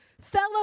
Fellow